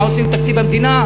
מה עושים עם תקציב המדינה,